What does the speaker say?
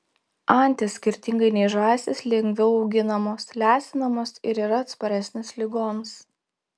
antys skirtingai nei žąsys lengviau auginamos lesinamos ir yra atsparesnės ligoms